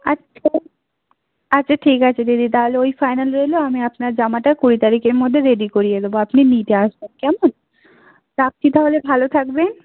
আচ্ছা আচ্ছা ঠিক আছে দিদি তাহলে ওই ফাইনাল রইলো আমি আপনার জামাটা কুড়ি তারিখের মধ্যে রেডি করিয়ে দেবো আপনি নিতে আসবেন কেমন রাখছি তাহলে ভালো থাকবেন